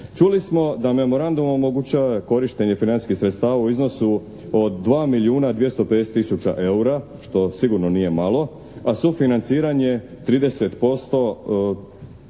Čuli smo da memorandum omogućava korištenje financijskih sredstava u iznosu od 2 milijuna 250 tisuća eura što sigurno nije malo, a sufinanciranje 30%